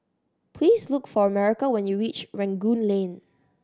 please look for America when you reach Rangoon Lane